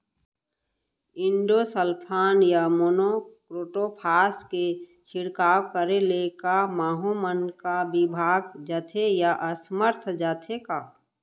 Endosulfan या monocrotophos के छिड़काव करे ले क माहो मन का विभाग जाथे या असमर्थ जाथे का?